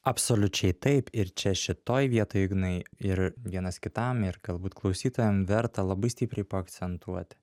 absoliučiai taip ir čia šitoj vietoj ignai ir vienas kitam ir galbūt klausytojam verta labai stipriai paakcentuoti